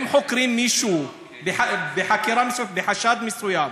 אם חוקרים מישהו בחשד מסוים,